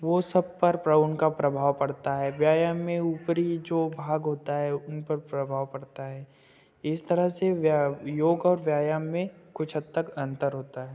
वो सब पर प्र उनका प्रभाव पड़ता है व्यायाम में ऊपरी जो भाग होता है उन पर प्रभाव पड़ता है इस तरह से व्या योग और व्यायाम में कुछ हद तक अंतर होता है